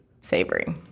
savory